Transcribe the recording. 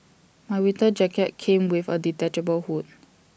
my winter jacket came with A detachable hood